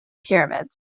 pyramids